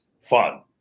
fun